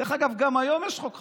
דרך אגב, גם היום יש חוק חסינות,